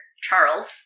Charles